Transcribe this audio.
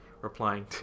replying